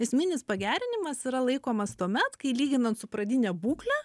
esminis pagerinimas yra laikomas tuomet kai lyginan su pradine būkle